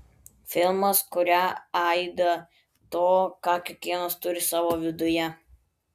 filmas kuria aidą to ką kiekvienas turi savo viduje